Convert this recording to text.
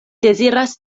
deziras